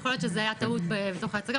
יכול להיות שזה היה טעות בתוך ההצגה,